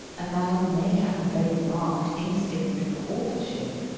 a man may have a very marked instinct for authorship,